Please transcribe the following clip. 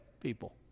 people